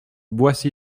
boissy